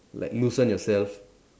like loosen yourself